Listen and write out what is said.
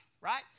Right